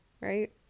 right